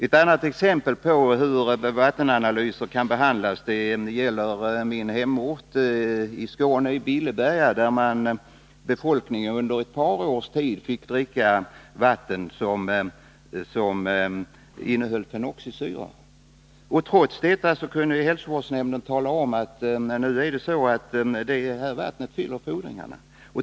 Ett annat exempel på hur vattenanalyser kan behandlas gäller min hemort i Skåne, Billeberga, där befolkningen under ett par års tid fick dricka vatten som innehöll fenoxisyror. Trots detta kunde hälsovårdsnämnden säga att vattnet uppfyllde fordringarna.